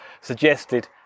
suggested